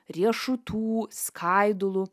riešutų skaidulų